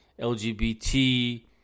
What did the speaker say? LGBT